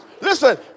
Listen